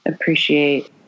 appreciate